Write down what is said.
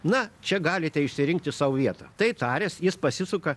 na čia galite išsirinkti sau vietą tai taręs jis pasisuka